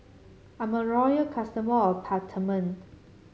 I'm a royal customer of Peptamen